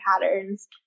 patterns